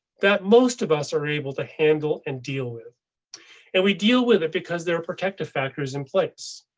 that most of us are able to handle and deal with and we deal with it because they were protective factors in place.